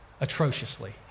atrociously